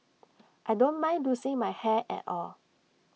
I don't mind losing my hair at all